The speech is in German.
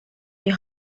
die